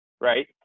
Right